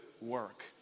work